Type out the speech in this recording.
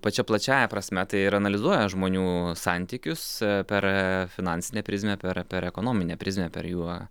pačia plačiąja prasme tai ir analizuoja žmonių santykius per finansinę prizmę per per ekonominę prizmę per juo